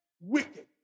wicked